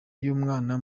y’umwana